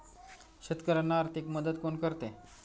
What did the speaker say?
शेतकऱ्यांना आर्थिक मदत कोण करते?